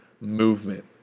movement